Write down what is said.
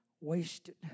wasted